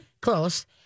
Close